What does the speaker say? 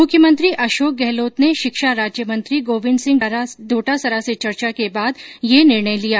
मुख्यमंत्री अशोक गहलोत ने शिक्षा राज्य मंत्री गोविन्द सिंह डोटासरा से चर्चा के बाद ये निर्णय लिया